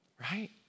Right